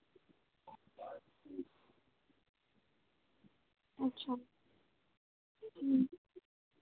अच्छा